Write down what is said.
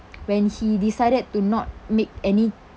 when he decided to not make any